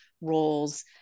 roles